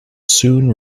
soon